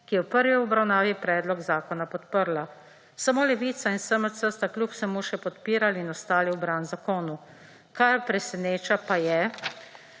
ki je v prvi obravnavi predlog zakona podprla. Samo Levica in SMC sta kljub vsemu še podpirali in ostali v bran zakonu. Kar preseneča, pa je,